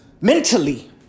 mentally